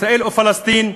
ישראל ופלסטין,